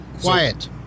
Quiet